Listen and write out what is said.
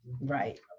right